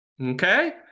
okay